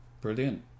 Brilliant